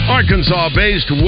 Arkansas-based